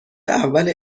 اول